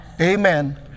amen